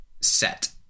set